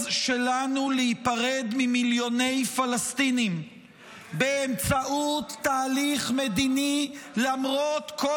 שלנו להיפרד ממיליוני פלסטינים באמצעות תהליך מדיני למרות כל